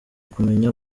kumenya